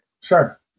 Sure